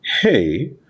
hey